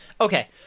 Okay